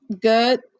good